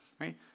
right